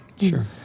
Sure